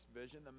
vision